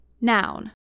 noun